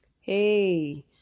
Hey